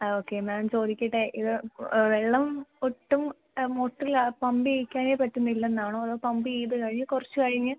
ആ okay ma'am ചോദിക്കട്ടെ ഇത് ഇപ്പോൾ വെള്ളം ഒട്ടും മോട്ടറിലാണ് പമ്പ് ചെയ്യിക്കാനെ പറ്റുന്നില്ല എന്നാണോ അതോ പമ്പ് ചെയ്തു കഴിഞ്ഞ് കുറച്ച് കഴിഞ്ഞ്